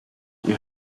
you